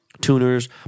tuners